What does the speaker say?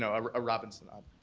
so um a robinsonade.